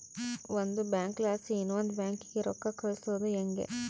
ಒಂದು ಬ್ಯಾಂಕ್ಲಾಸಿ ಇನವಂದ್ ಬ್ಯಾಂಕಿಗೆ ರೊಕ್ಕ ಕಳ್ಸೋದು ಯಂಗೆ